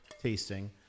tasting